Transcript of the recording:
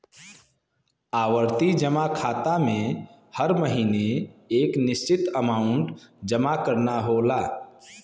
आवर्ती जमा खाता में हर महीने एक निश्चित अमांउट जमा करना होला